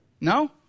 No